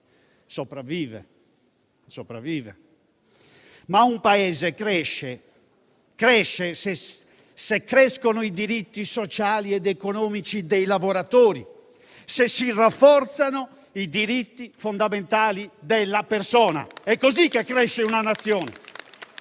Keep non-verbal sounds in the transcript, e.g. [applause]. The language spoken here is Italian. sopravvive, ma un Paese cresce se crescono i diritti sociali ed economici dei lavoratori, se si rafforzano i diritti fondamentali della persona. [applause] È così che cresce una Nazione.